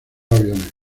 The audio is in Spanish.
aviones